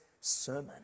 Sermon